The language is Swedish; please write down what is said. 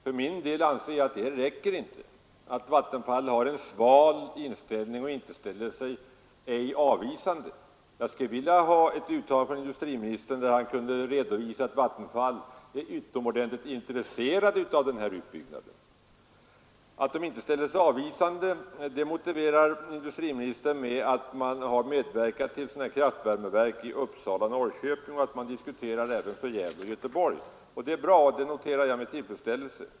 För min del anser jag att det inte räcker med att Vattenfall har en sval inställning och inte ställer sig direkt avvisande, utan jag skulle vilja ha ett uttalande av industriministern där han kunde redovisa att man i Vattenfall är utomordentligt intresserad av den här utbyggnaden. Att man inte ställer sig avvisande motiverar industriministern med att man har medverkat till kraftvärmeverk i Uppsala och Norrköping och att man diskuterar sådana även för Gävle och Göteborg. Detta är bra, och det noterar jag med tillfredsställelse.